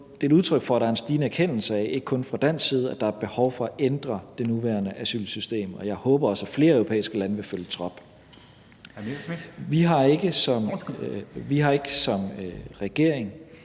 det er et udtryk for, at der er en stigende erkendelse af, ikke kun fra dansk side, at der er behov for at ændre det nuværende asylsystem, og jeg håber også, at flere europæiske lande vil følge trop. (Formanden (Henrik